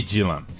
Dylan